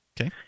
Okay